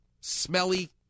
smelly